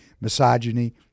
misogyny